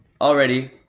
already